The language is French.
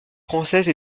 française